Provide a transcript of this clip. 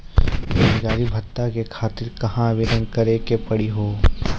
बेरोजगारी भत्ता के खातिर कहां आवेदन भरे के पड़ी हो?